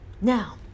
Now